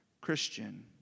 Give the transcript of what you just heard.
Christian